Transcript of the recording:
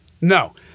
No